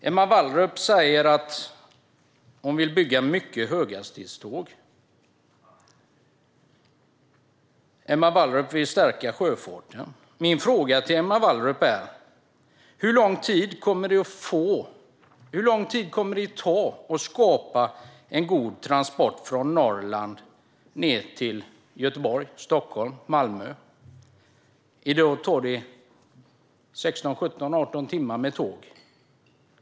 Emma Wallrup säger att hon vill bygga höghastighetsjärnväg och stärka sjöfarten. Min fråga till Emma Wallrup är: Hur lång tid kommer det att ta att skapa en god transport från Norrland ned till Stockholm, Göteborg och Malmö? I dag tar det 16-18 timmar med tåg.